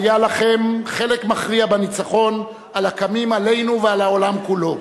היה לכם חלק מכריע בניצחון על הקמים עלינו ועל העולם כולו.